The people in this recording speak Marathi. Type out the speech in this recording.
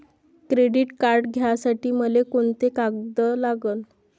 क्रेडिट कार्ड घ्यासाठी मले कोंते कागद लागन?